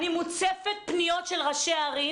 אני מוצפת פניות של ראשי ערים